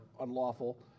unlawful